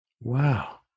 Wow